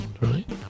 right